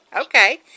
Okay